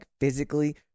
physically